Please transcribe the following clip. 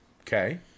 Okay